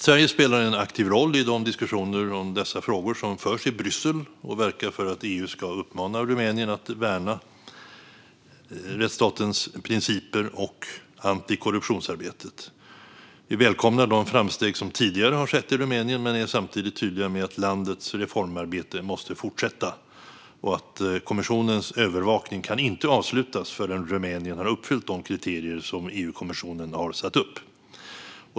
Sverige spelar en aktiv roll i de diskussioner om dessa frågor som förs i Bryssel och verkar för att EU ska uppmana Rumänien att värna rättsstatens principer och antikorruptionsarbetet. Vi välkomnar de framsteg som tidigare skett i Rumänien, men är samtidigt tydliga med att landets reformarbete måste fortsätta och att EU-kommissionens övervakning inte kan avslutas förrän Rumänien har uppfyllt de kriterier som EU-kommissionen satt upp.